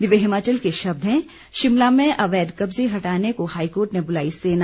दिव्य हिमाचल के शब्द हैं शिमला में अवैध कब्जे हटाने को हाईकोर्ट ने बुलाई सेना